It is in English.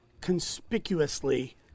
conspicuously